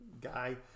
guy